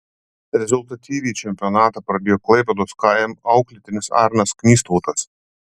rezultatyviai čempionatą pradėjo klaipėdos km auklėtinis arnas knystautas